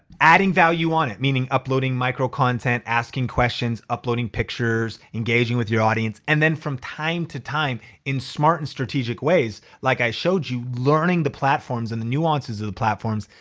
adding value on it, meaning uploading micro content, asking questions, uploading pictures, engaging with your audience and then from time to time in smart and strategic ways, like i showed you, learning the platforms and the nuances of the platforms,